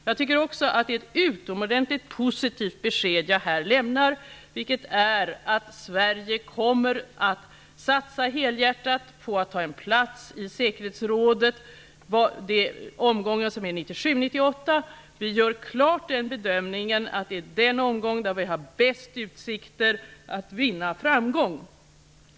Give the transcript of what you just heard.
Jag tycker också att det är ett utomordentligt positivt besked som jag lämnar, dvs. att Sverige kommer att satsa helhjärtat på att få en plats i säkerhetsrådet 1997--1998. Vi gör den bedömningen att det är den omgången där vi har de bästa utsikterna att vinna framgång.